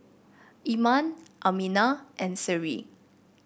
Iman Aminah and Seri